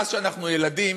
מאז שאנחנו ילדים,